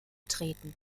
treten